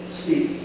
speak